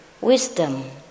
wisdom